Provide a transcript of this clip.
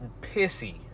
pissy